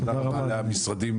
תודה רבה למשרדים,